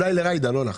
אולי לג'ידא, לא לך.